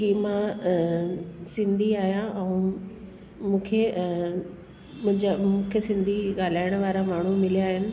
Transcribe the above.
की मां अ सिंधी आहियां ऐं मूंखे अ मुंहिंजा मूंखे सिंधी ॻाल्हाइण वारा माण्हू मिलिया आहिनि